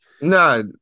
No